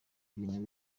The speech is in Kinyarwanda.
ibintu